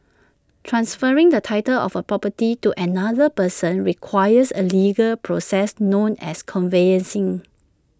transferring the title of A property to another person requires A legal process known as conveyancing